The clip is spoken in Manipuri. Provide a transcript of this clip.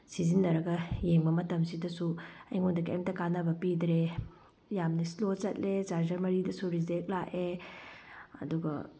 ꯁꯤꯖꯤꯟꯅꯔꯒ ꯌꯦꯡꯕ ꯃꯇꯝ ꯁꯤꯗꯁꯨ ꯑꯩꯉꯣꯟꯗ ꯀꯩꯝꯇ ꯀꯥꯟꯅꯕ ꯄꯤꯗ꯭꯭ꯔꯦ ꯌꯥꯝꯅ ꯏꯁꯂꯣ ꯆꯠꯂꯦ ꯆꯥꯔꯖꯔ ꯃꯔꯤꯗꯁꯨ ꯔꯦꯖꯦꯛ ꯂꯥꯛꯑꯦ ꯑꯗꯨꯒ